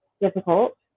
difficult